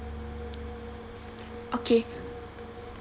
okay